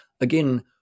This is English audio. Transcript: again